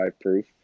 proof